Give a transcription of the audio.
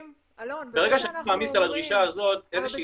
ברגע שאני מעמיס על הדרישה הזאת איזו